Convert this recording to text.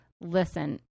listen